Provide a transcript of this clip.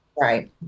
Right